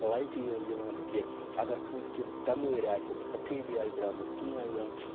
لایٹٕے یٲژ دِوان کیٚنٛہہ اگر کٲنٛسہِ کیٚنٛہہ بٮ۪مٲرۍ آسہِ سَفیدی آسہِ درٛامٕژ کیٚنٛہہ آسہِ درٛامٕژ